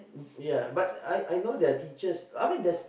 yeah but I I know there are teachers I mean there's